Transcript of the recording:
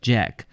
Jack